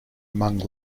among